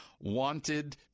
wanted